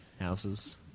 houses